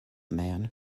man